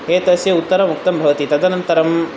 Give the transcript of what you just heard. एतस्य उत्तरम् उक्तं भवति तदनन्तरम्